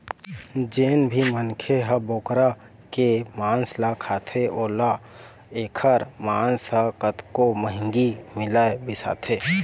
जेन भी मनखे ह बोकरा के मांस ल खाथे ओला एखर मांस ह कतको महंगी मिलय बिसाथे